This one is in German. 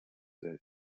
selten